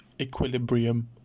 equilibrium